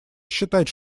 считать